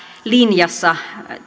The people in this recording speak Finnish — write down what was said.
linjassa